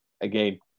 Again